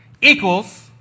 equals